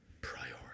priority